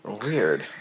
Weird